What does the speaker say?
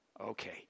okay